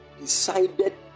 decided